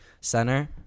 center